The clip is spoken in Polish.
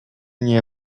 nie